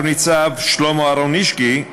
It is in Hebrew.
רב-ניצב שלמה אהרונישקי,